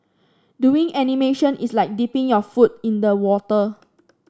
doing animation is like dipping your foot in the water